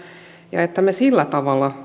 ja että me sillä tavalla